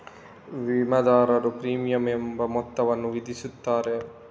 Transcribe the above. ವಿಮಾದಾರರು ಪ್ರೀಮಿಯಂ ಎಂಬ ಮೊತ್ತವನ್ನು ವಿಧಿಸುತ್ತಾರೆ